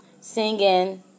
singing